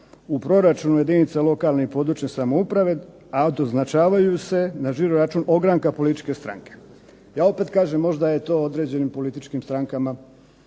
u proračunu jedinica lokalne i područne samouprave, a doznačavaju se na žiro račun ogranka političke stranke. Ja opet kažem možda je to određenim političkim strankama